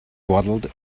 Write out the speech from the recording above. waddled